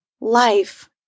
Life